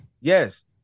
yes